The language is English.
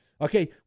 Okay